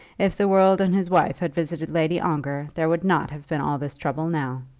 if the world and his wife had visited lady ongar, there would not have been all this trouble now.